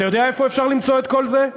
אתה יודע איפה אפשר למצוא את כל זה?